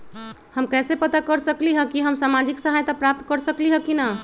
हम कैसे पता कर सकली ह की हम सामाजिक सहायता प्राप्त कर सकली ह की न?